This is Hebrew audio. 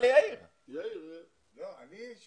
אני רוצה